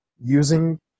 using